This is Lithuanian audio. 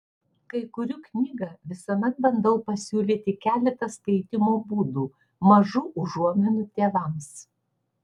kai kuriu knygą visuomet bandau pasiūlyti keletą skaitymo būdų mažų užuominų tėvams